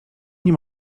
nie